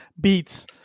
beats